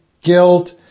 guilt